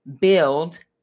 build